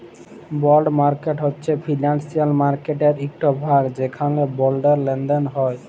বল্ড market হছে financial মার্কেটের ইকট ভাগ যেখালে বল্ডের লেলদেল হ্যয়